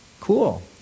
Cool